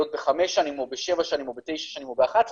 בחמש שנים או בשבע שנים או בתשע שנים או ב-11 שנים,